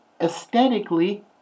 aesthetically